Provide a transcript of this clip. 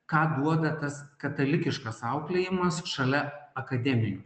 ką duoda tas katalikiškas auklėjimas šalia akademinių